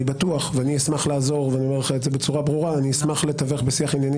אני אשמח לעזור ואני אומר לך את זה בצורה ברורה ולתווך בשיח ענייני